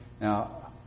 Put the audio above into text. Now